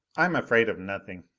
i'm afraid of nothing.